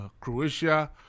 Croatia